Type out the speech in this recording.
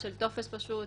של טופס פשוט,